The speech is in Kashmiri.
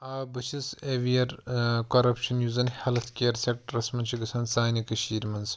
آ بہٕ چھَس ایٚویر ٲں کوٚرَپشَن یُس زَن ہیٚلٕتھ کِیَر سیٚکٹَرَس منٛز چھِ گژھان سانہِ کٔشیٖرِ منٛز